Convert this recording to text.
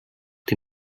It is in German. die